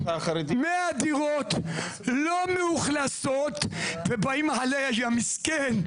100 דירות לא מאוכלסות ובאים עליי המסכן,